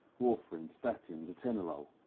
warfarin, statins, atenolol.